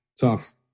Tough